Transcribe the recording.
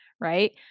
right